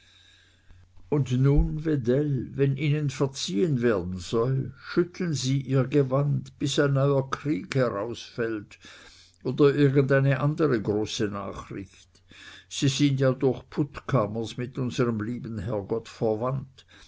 und nun wedell wenn ihnen verziehen werden soll schütteln sie ihr gewand bis ein neuer krieg herausfällt oder irgendeine andere große nachricht sie sind ja durch puttkamers mit unserem lieben herrgott verwandt